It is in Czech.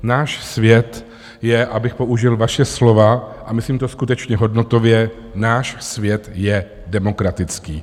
Náš svět je abych použil vaše slova, a myslím to skutečně hodnotově náš svět je demokratický.